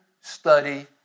study